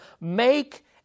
make